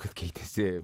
kad keitėsi